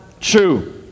true